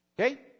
Okay